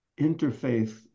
interfaith